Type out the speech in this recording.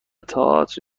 تئاتر